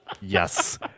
Yes